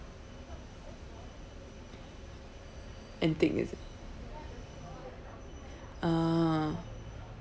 antique is it ah